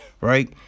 right